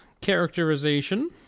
Characterization